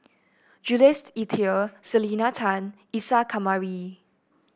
Jules Itier Selena Tan Isa Kamari